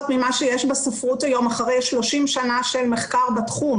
ממה שיש בספרות היום אחרי 30 שנה של מחקר בתחום.